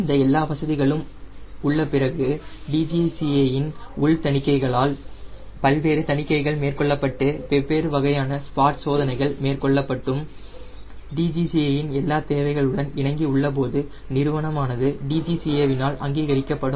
இந்த எல்லா வசதிகளும் உள்ள பிறகு DGCA என் உள் தணிக்கைகளால் பல்வேறு தணிக்கைகள் மேற்கொள்ளப்பட்டு வெவ்வேறு வகையான ஸ்பாட் சோதனைகள் மேற்கொள்ளப்பட்டும் DGCA இன் எல்லா தேவைகள் உடன் இணங்கி உள்ளபோது நிறுவனமானது DGCA இனால் அங்கீகரிக்கப்படும்